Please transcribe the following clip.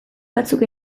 batzuk